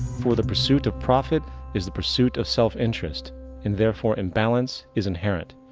for the pursuit of profit is the pursuit of self interest and therefore imbalance is inherent.